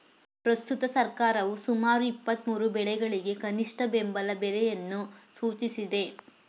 ಪ್ರಸ್ತುತ ಸರ್ಕಾರವು ಸುಮಾರು ಇಪ್ಪತ್ಮೂರು ಬೆಳೆಗಳಿಗೆ ಕನಿಷ್ಠ ಬೆಂಬಲ ಬೆಲೆಯನ್ನು ಸೂಚಿಸಿದೆ